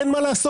אין מה לעשות.